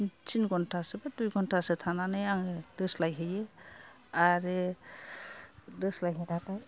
थिन घन्टासो बा दुइ घन्टासो थानानै आङो दोस्लायहैयो आरो दोस्लायहैनानै